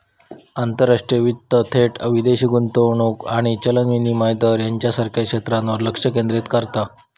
आंतरराष्ट्रीय वित्त थेट विदेशी गुंतवणूक आणि चलन विनिमय दर ह्येच्यासारख्या क्षेत्रांवर लक्ष केंद्रित करता